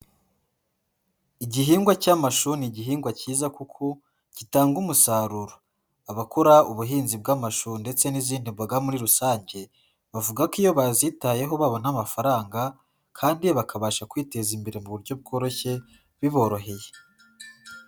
Igihingwa cy'amashu ni igihingwa cyiza kuko gitanga umusaruro, abakora ubuhinzi bw'amashu ndetse n'izindi mboga muri rusange bavuga ko iyo bazitayeho babona amafaranga kandi bakabasha kwiteza imbere mu buryo bworoshye biboroheye.